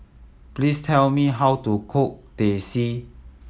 please tell me how to cook Teh C